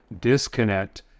disconnect